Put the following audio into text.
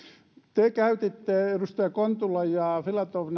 te käytitte edustajat kontula ja filatov